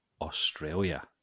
Australia